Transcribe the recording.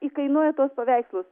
ji kainuoja tuos paveikslus